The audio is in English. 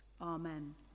Amen